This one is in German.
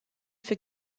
für